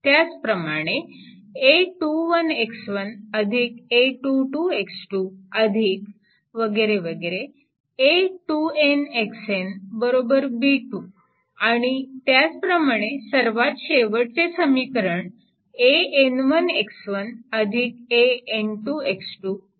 त्याचप्रमाणे आणि त्याचप्रमाणे सर्वात शेवटचे समीकरण असे आहे